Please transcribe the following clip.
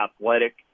athletic